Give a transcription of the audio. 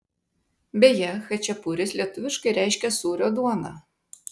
beje chačiapuris lietuviškai reiškia sūrio duoną